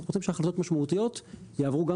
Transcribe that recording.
אנחנו רוצים שהחלטות משמעותיות יעברו גם